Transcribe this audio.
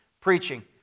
Preaching